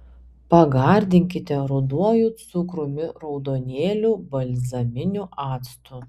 pagardinkite ruduoju cukrumi raudonėliu balzaminiu actu